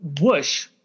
whoosh